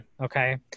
okay